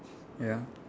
ya